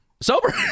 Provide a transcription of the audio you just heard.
Sober